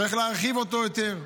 צריך להרחיב אותו יותר.